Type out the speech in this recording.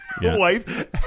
Wife